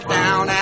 down